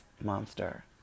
monster